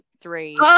three